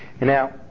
now